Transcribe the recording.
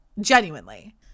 Genuinely